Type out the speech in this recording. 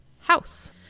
house